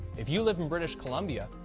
if you live in british columbia,